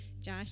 josh